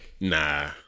Nah